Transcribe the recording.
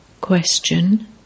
Question